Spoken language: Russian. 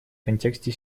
контексте